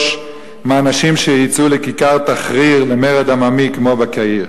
מאנשים שיצאו לכיכר תחריר למרד עממי כמו בקהיר.